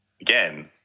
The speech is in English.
again